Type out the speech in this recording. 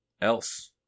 else